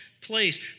place